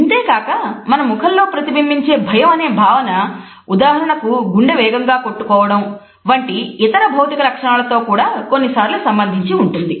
ఇంతేకాక మన ముఖంలో ప్రతిబింబించే భయం అనే భావన ఉదాహరణకు గుండె వేగంగా కొట్టుకోవడం వంటి ఇతర భౌతిక లక్షణాలతో కూడా కొన్నిసార్లు సంబంధించి ఉంటుంది